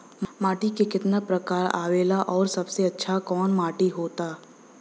माटी के कितना प्रकार आवेला और सबसे अच्छा कवन माटी होता?